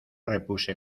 repuse